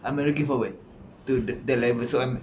I'm looking forward to the the level so I'm